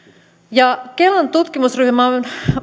kelan tutkimusryhmä on